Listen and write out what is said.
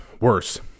worse